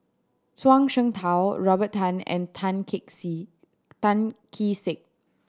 Zhuang Shengtao Robert Tan and Tan Kee Sek